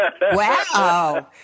Wow